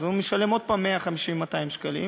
אז הוא משלם עוד פעם 150 200 שקלים,